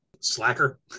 slacker